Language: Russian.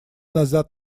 назад